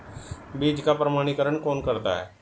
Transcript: बीज का प्रमाणीकरण कौन करता है?